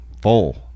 full